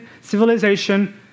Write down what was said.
civilization